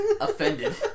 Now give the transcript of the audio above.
Offended